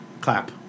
Clap